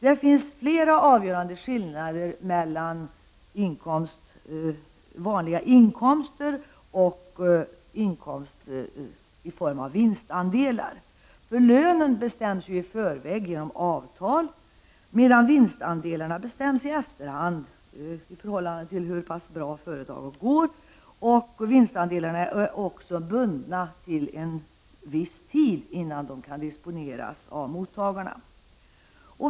Det finns flera avgörande skillnader mellan vanliga inkomster och inkomster i form av vinstandelar. Lönen bestäms ju i förväg genom avtal medan vinstandelarna bestäms i efterhand i förhållande till hur pass bra företaget går, och de är bundna under en viss tid innan de kan disponeras av mottagarna.